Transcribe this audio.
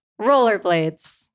rollerblades